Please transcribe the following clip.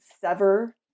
sever